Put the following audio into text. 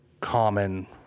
common